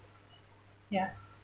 ya